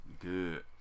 good